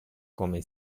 come